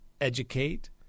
educate